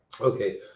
Okay